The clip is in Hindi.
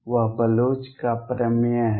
वह बलोच का प्रमेय है